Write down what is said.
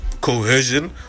coercion